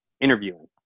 interviewing